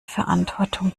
verantwortung